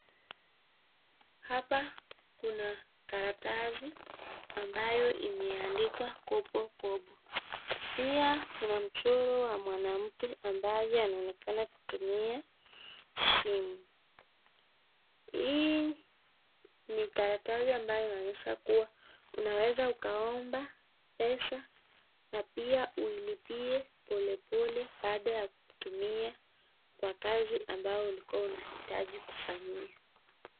Hapa kuna karatasi ambayo imeandikwa kopo kopo, pia kuna mchoro wa mwanamke ambaye anaonekana kutumia simu hii ni karatasi ambayo inaonyesha kuwa unaweza ukaomba pesa na pia uilipie polepole baada ya kutumia kwa kazi ambayo ulikua unahitaji kufanyia.